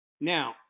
Now